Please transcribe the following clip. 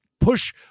push